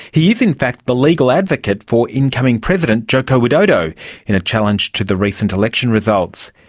he is in fact the legal advocate for incoming president joko widodo in a challenge to the recent election results.